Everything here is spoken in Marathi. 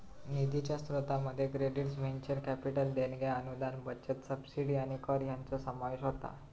निधीच्या स्रोतांमध्ये क्रेडिट्स, व्हेंचर कॅपिटल देणग्या, अनुदान, बचत, सबसिडी आणि कर हयांचो समावेश होता